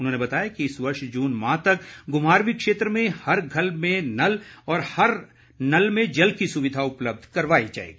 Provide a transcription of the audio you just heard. उन्होंने बताया कि इस वर्ष जून माह तक घुमारवीं क्षेत्र में हर घर में नल और नल में जल की सुविधा उपलब्ध करवाई जाएगी